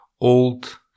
old